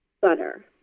Butter